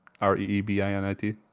R-E-E-B-I-N-I-T